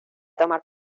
tomar